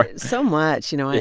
ah so much. you know,